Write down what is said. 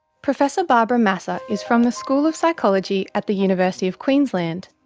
professor barbara masser is from the school of psychology at the university of queensland.